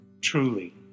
Truly